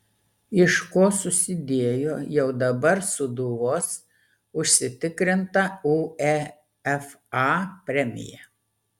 iš ko susidėjo jau dabar sūduvos užsitikrinta uefa premija